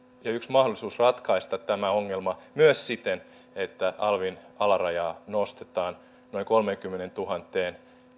ja yksi mahdollisuus ratkaista tämä ongelma myös siten että alvin alarajaa nostetaan noin kolmeenkymmeneentuhanteen